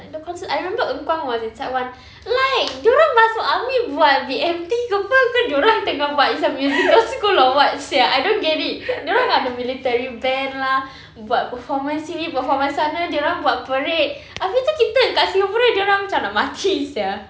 like the concert I remember eunkwang was inside [one] like dia orang masuk army buat B_M_T ke [pe] ke dia orang tengah buat some musical school or what sia I don't get it dia orang ada military band lah buat performance sini performance sana dia orang buat parade abeh tu kita kat singapura dia orang macam nak mati sia